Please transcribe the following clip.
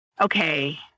okay